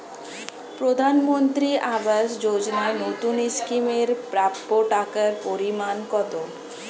প্রধানমন্ত্রী আবাস যোজনায় নতুন স্কিম এর প্রাপ্য টাকার পরিমান কত?